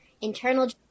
internal